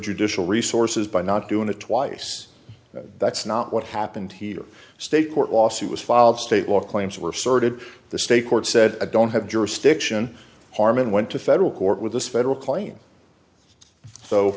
judicial resources by not doing it twice that that's not what happened here state court lawsuit was filed state law claims were sorted the state court said i don't have jurisdiction harmon went to federal court with this federal claim so